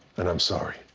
but i'm sorry,